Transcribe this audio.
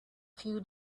few